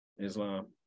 Islam